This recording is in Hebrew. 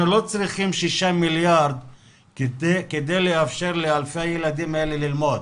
אנחנו לא צריכים 6 מיליארד כדי לאפשר לאלפי הילדים האלה ללמוד,